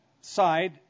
side